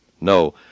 No